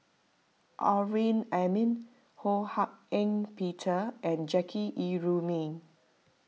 Amrin Amin Ho Hak Ean Peter and Jackie Yi Ru Ming